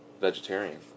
vegetarian